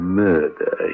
murder